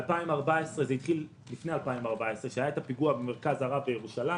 קצת לפני 2014 כאשר היה הפיגוע במרכז הרב בירושלים,